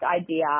idea